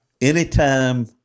anytime